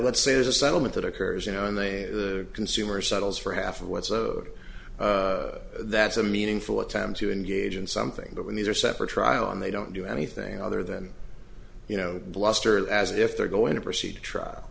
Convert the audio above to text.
let's say there's a settlement that occurs you know in the consumer settles for half of what's a that's a meaningful attempt to engage in something but when these are separate trial on they don't do anything other than you know bluster as if they're going to proceed to